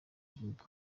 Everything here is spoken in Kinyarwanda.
gihugu